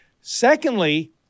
Secondly